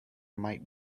might